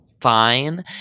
fine